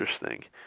interesting